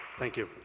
thank you.